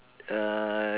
uh